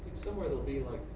somewhere it'll be, like,